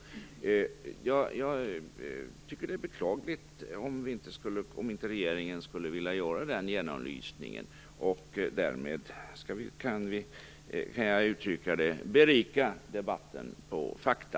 Jag tycker att det är beklagligt om regeringen inte vill göra den genomlysningen och därmed berika debatten på fakta.